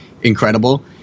incredible